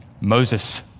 Moses